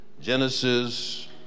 genesis